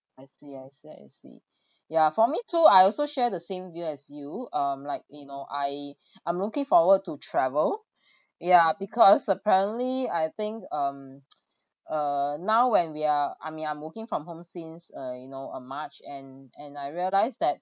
I see I see I see ya for me too I also share the same view as you um like you know I I'm looking forward to travel yeah because apparently I think um uh now when we are I mean I'm working from home since uh you know uh march and and I realise that